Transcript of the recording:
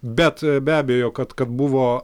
bet be abejo kad kad buvo